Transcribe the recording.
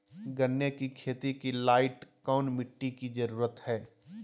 गन्ने की खेती के लाइट कौन मिट्टी की जरूरत है?